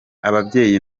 ababyeyi